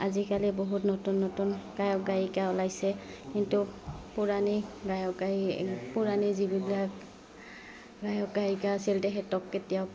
আজিকালি বহুত নতুন নতুন গায়ক গায়িকা ওলাইছে কিন্তু পুৰণি গায়ক গায় পুৰণি যিবিলাক গায়ক গায়িকা আছিল তেখেতক কেতিয়াও